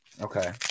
okay